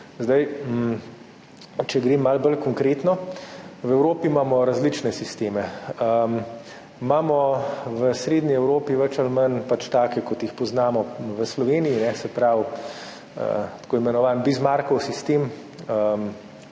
Zdaj, če grem malo bolj konkretno. V Evropi imamo različne sisteme. V srednji Evropi imamo več ali manj pač take, kot jih poznamo v Sloveniji, se pravi tako imenovani Bismarckov sistem,